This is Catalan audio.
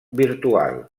virtual